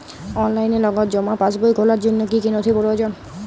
অনলাইনে নগদ জমা পাসবই খোলার জন্য কী কী নথি প্রয়োজন?